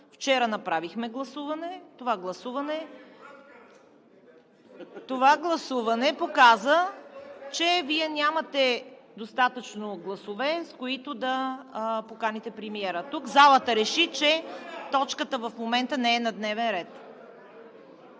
Вчера направихме гласуване. Това гласуване показа, че Вие нямате достатъчно гласове, с които да поканите премиера. (Шум и реплики.) Залата тук реши, че точката в момента не е на дневен ред.